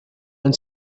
and